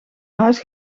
huis